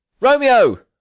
Romeo